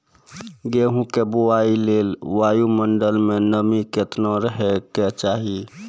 गेहूँ के बुआई लेल वायु मंडल मे नमी केतना रहे के चाहि?